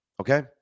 Okay